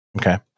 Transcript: Okay